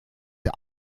der